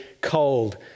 cold